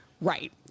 Right